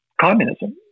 communism